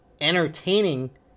entertaining